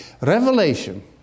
Revelation